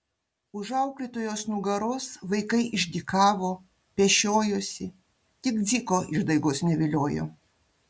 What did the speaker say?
už auklėtojos nugaros vaikai išdykavo pešiojosi tik dziko išdaigos neviliojo